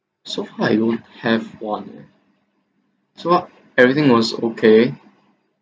so far I don't have one eh so far everything was okay